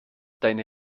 deine